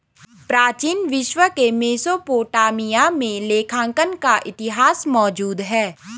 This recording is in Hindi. प्राचीन विश्व के मेसोपोटामिया में लेखांकन का इतिहास मौजूद है